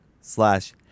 slash